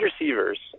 receivers